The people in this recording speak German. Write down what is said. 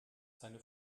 seine